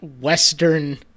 western